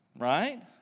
Right